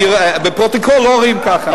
בפרוטוקול לא רואים ככה.